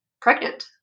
pregnant